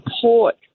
support